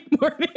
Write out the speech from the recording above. morning